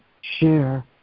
share